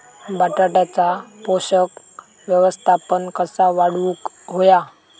बटाट्याचा पोषक व्यवस्थापन कसा वाढवुक होया?